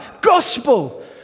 gospel